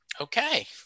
Okay